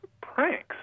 pranks